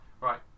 right